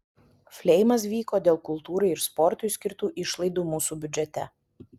fleimas vyko dėl kultūrai ir sportui skirtų išlaidų mūsų biudžete